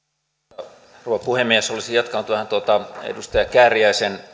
arvoisa rouva puhemies olisin jatkanut vähän tuota edustaja kääriäisen